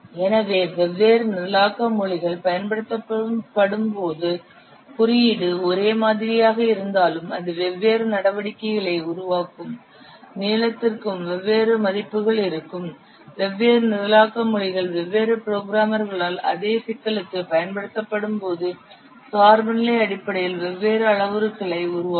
எனவே வெவ்வேறு நிரலாக்க மொழிகள் பயன்படுத்தப்படும்போது குறியீடு ஒரே மாதிரியாக இருந்தாலும் அது வெவ்வேறு நடவடிக்கைகளை உருவாக்கும் நீளத்திற்கும் வெவ்வேறு மதிப்புகள் இருக்கும் வெவ்வேறு நிரலாக்க மொழிகள் வெவ்வேறு புரோகிராமர்களால் அதே சிக்கலுக்கு பயன்படுத்தப்படும்போது சார்பு நிலை அடிப்படையில் வெவ்வேறு அளவுகளை உருவாக்கும்